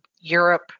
Europe